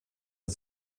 der